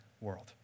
world